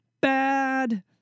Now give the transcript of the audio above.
bad